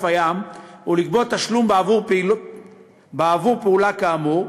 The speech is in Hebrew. הים ולגבות תשלום בעבור פעולה כאמור,